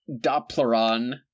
Doppleron